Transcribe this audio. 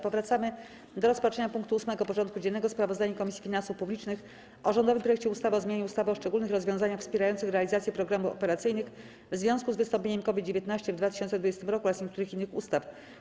Powracamy do rozpatrzenia punktu 8. porządku dziennego: Sprawozdanie Komisji Finansów Publicznych o rządowym projekcie ustawy o zmianie ustawy o szczególnych rozwiązaniach wspierających realizację programów operacyjnych w związku z wystąpieniem COVID-19 w 2020 r. oraz niektórych innych ustaw.